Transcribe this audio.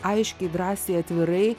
aiškiai drąsiai atvirai